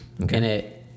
Okay